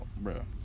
Bro